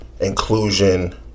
inclusion